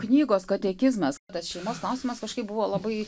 knygos katekizmas tas šeimos klausimas kažkaip buvo labai